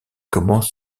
commence